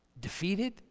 defeated